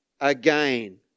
again